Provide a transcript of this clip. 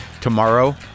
tomorrow